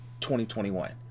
2021